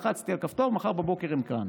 ואז לחצתי על כפתור ומחר בבוקר הן כאן.